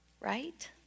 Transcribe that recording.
right